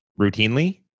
Routinely